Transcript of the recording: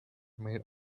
made